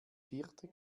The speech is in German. vierte